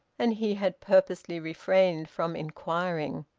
and he had purposely refrained from inquiring.